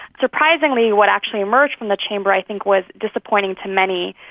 surprisingly what actually emerged from the chamber i think was disappointing to many.